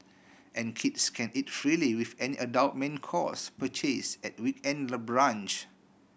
and kids can eat freely with any adult main course purchase at week end the brunch